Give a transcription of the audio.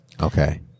Okay